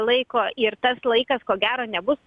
laiko ir tas laikas ko gero nebus